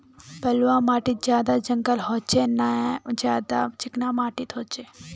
बलवाह माटित ज्यादा जंगल होचे ने ज्यादा चिकना माटित होचए?